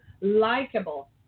likable